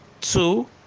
two